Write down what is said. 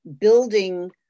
building